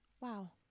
Wow